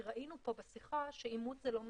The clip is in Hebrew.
כי ראינו פה בשיחה שאימוץ זה לא מספיק.